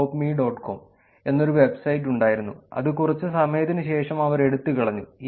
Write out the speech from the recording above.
com എന്നൊരു website ഉണ്ടായിരുന്നു അത് കുറച്ച് സമയത്തിന് ശേഷം അവർ എടുത്തുകളഞ്ഞു